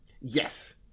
Yes